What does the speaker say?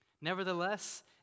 Nevertheless